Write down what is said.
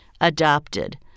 adopted